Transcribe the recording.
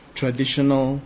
traditional